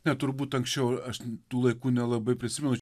ne turbūt anksčiau aš tų laikų nelabai prisimenu